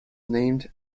named